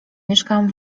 mieszkam